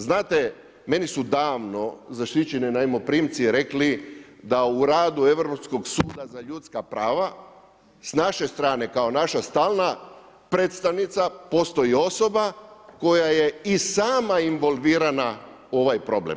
Znate, meni su davno zaštićeni najmoprimci rekli da u radu Europskog suda za ljudska prava s naše strane kao naša stalna predstavnica postoji osoba koja je i sama involvirana u ovaj problem.